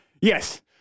yes